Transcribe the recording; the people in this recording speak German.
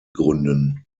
gründen